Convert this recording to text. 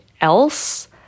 else